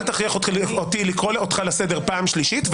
אל תכריח אותי לקרוא אותך לסדר פעם שלישית,